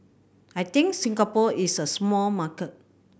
I think Singapore is a small market